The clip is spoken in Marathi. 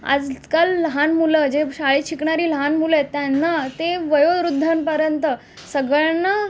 आजकाल लहान मुलं जे शाळेत शिकणारी लहान मुलं आहेत त्यांना ते वयोवृद्धांपर्यंत सगळ्यांना